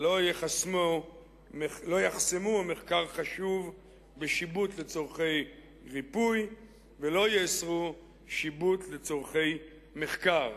לא יחסמו מחקר חשוב בשיבוט לצורכי ריפוי ולא יאסרו שיבוט לצורכי מחקר.